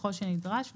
ככל שנדרש,